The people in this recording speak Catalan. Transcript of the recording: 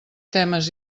temes